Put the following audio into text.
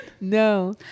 no